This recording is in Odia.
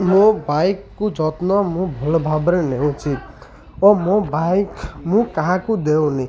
ମୋ ବାଇକ୍କୁ ଯତ୍ନ ମୁଁ ଭଲ ଭାବରେ ନେଉଛି ଓ ମୋ ବାଇକ୍ ମୁଁ କାହାକୁ ଦେଉନି